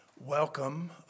welcome